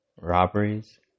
robberies